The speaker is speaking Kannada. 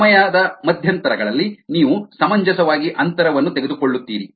ಸಮಯದ ಮಧ್ಯಂತರಗಳಲ್ಲಿ ನೀವು ಸಮಂಜಸವಾಗಿ ಅಂತರವನ್ನು ತೆಗೆದುಕೊಳ್ಳುತ್ತೀರಿ